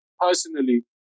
personally